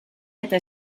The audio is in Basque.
eta